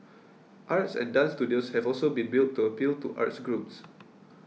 arts and dance studios have also been built to appeal to arts groups